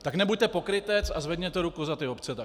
Tak nebuďte pokrytec a zvedněte ruku za ty obce taky.